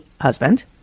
husband